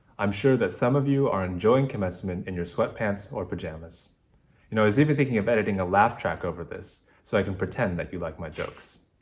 i'm sure that some of you are enjoying commencement in your sweatpants or pajamas. you know, i was even thinking of editing a laugh track over this so i can pretend that you like my jokes.